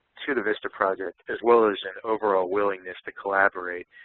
to the vista project as well as an overall willingness to collaborate.